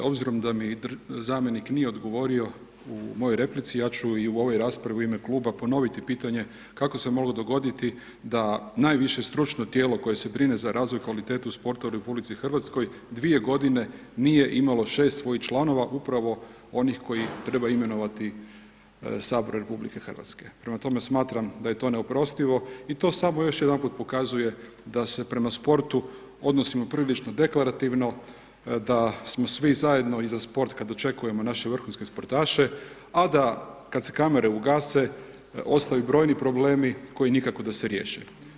Obzirom da mi zamjenik nije odgovorio u mojoj replici, ja ću i u ovoj raspravi u ime kluba ponoviti pitanje kako se moglo dogoditi da najviše stručno tijelo koje se brine za razvoj i kvalitetu sporta u RH dvije godine nije imalo 6 svojih članova, upravo onih koje treba imenovati Sabor RH, prema tome, smatram da je to neoprostivo i to samo još jedanput pokazuje da se prema sportu odnosimo prilično deklarativno, da smo svi zajedno i za sport kad očekujemo naše vrhunske sportaše, a da, kad se kamere ugase, ostaju brojni problemi koji nikako da se riješe.